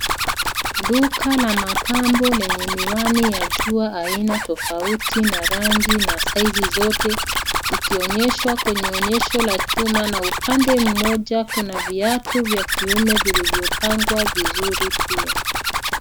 Duka la mapambo lenye miwani ya jua aina tofauti na rangi na size zote zikionyeshwa kwenye onyesho la chuma na upande mmoja kuna viatu vya kiume vilivyopangwa vizuri pia.